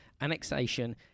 Annexation